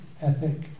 ethic